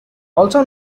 also